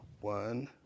One